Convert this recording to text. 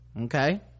okay